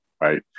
right